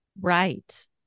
Right